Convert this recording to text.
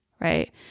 right